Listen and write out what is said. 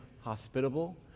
hospitable